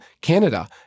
Canada